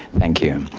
thank you.